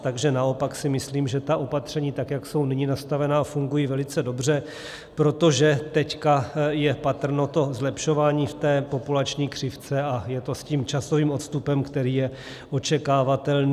Takže naopak si myslím, že ta opatření, tak jak jsou nyní nastavena, fungují velice dobře, protože teď je patrno zlepšování v té populační křivce a je to s tím časovým odstupem, který je očekávatelný.